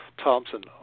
Thompson